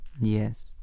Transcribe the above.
Yes